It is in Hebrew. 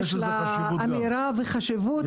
יש לה אמירה וחשיבות.